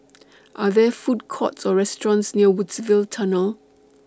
Are There Food Courts Or restaurants near Woodsville Tunnel